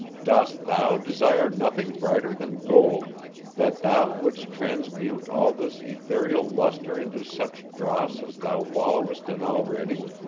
dost thou desire nothing brighter than gold that thou wouldst transmute all this ethereal lustre into such dross as thou wallowest in already?